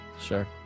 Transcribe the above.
Sure